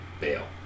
bail